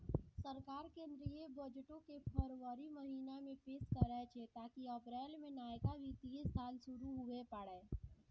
सरकार केंद्रीय बजटो के फरवरी महीना मे पेश करै छै ताकि अप्रैल मे नयका वित्तीय साल शुरू हुये पाड़ै